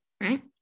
right